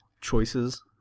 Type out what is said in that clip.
choices